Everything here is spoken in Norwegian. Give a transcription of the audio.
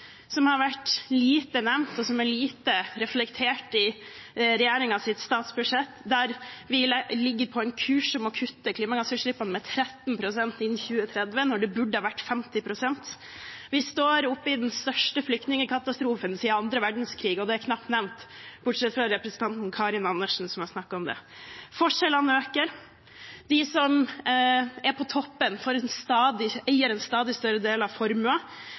som har vært lite nevnt, og som er lite reflektert over i regjeringens statsbudsjett, ligger vi på en kurs mot å kutte klimagassutslippene med 13 pst. innen 2030, når det burde vært 50 pst. Vi står oppe i den største flyktningkatastrofen siden andre verdenskrig, og det er knapt nevnt, bortsett fra av Karin Andersen, som har snakket om det. Forskjellene øker. De som er på toppen, eier en stadig større del av